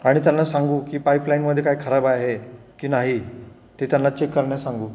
आणि त्यांना सांगू की पाईपलाईनमध्ये काय खराब आहे की नाही ते त्यांना चेक करण्यास सांगू